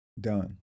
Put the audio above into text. done